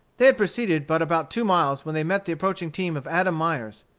they had proceeded but about two miles when they met the approaching team of adam myers.